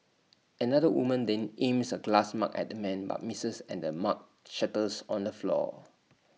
another woman then aims A glass mug at the man but misses and the mug shatters on the floor